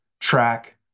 track